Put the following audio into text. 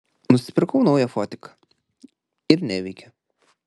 nusipirkau naują fotiką ir neveikia